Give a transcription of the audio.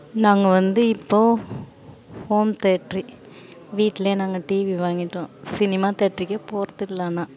நாங்கள் வந்து இப்போது ஹோம் தேட்ரு வீட்லேயே நாங்கள் டிவி வாங்கிட்டோம் சினிமா தேட்டருக்கே போகிறதில்ல ஆனால்